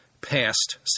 past